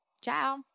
Ciao